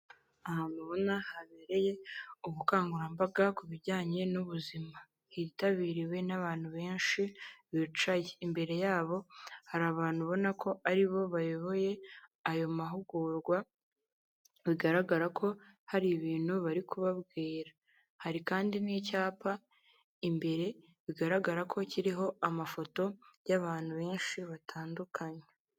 Ahantu ubona habereye ubukangurambaga ku bijyanye n'ubuzima, hitabiriwe n'abantu benshi bicaye ,imbere yabo hari abantu ubona ko aribo bayoboye ayo mahugurwa, bigaragara ko hari ibintu bari kubabwira ,hari kandi n'icyapa imbere bigaragara ko kiriho amafoto y'abantu benshi batandukanye.